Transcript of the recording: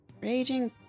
Raging